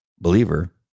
believer